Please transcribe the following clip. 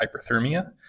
hyperthermia